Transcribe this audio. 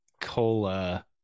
cola